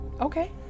Okay